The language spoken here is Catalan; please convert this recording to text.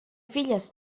filles